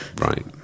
Right